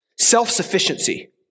self-sufficiency